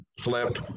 flip